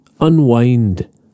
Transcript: unwind